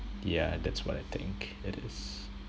yeah that's what I think it is